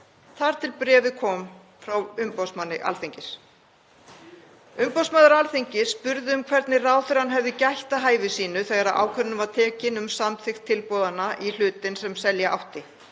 þar til bréfið kom frá umboðsmanni Alþingis. Umboðsmaður Alþingis spurði um hvernig ráðherrann hefði gætt að hæfi sínu þegar ákvörðunin var tekin um samþykkt tilboðanna í hlutinn sem selja átti